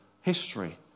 history